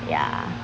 ya